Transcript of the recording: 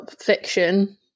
fiction